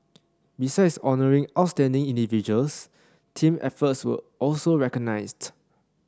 besides honouring outstanding individuals team efforts were also recognized